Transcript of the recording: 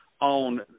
on